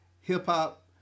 hip-hop